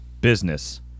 business